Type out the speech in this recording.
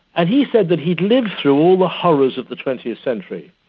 and he said that he'd lived through all the horrors of the twentieth century,